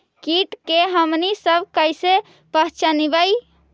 किट के हमनी सब कईसे पहचनबई?